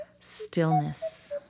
Stillness